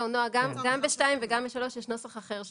גם ב-(2) וגם ב-(3) העברנו נוסח אחר.